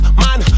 man